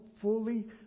fully